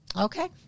Okay